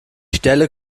stelle